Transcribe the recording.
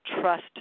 trust